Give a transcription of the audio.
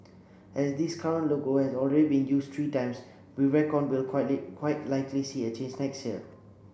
as this current logo has already been used three times we reckon we'll quite likely see a change next year